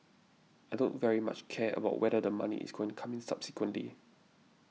I don't very much care about whether the money is going come in subsequently